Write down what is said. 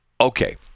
Okay